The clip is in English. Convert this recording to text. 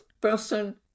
person